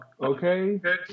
Okay